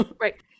right